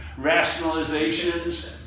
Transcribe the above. rationalizations